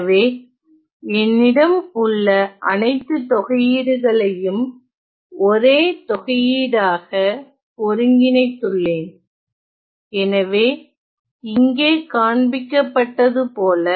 எனவே என்னிடம் உள்ள அணைத்து தொகையீடுகளையும் ஒரே தொகையீடாக ஒருங்கிணைத்துள்ளேன் எனவே இங்கே காண்பிக்கப்பட்டதுபோல